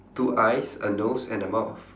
two eyes a nose and a mouth